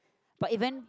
but event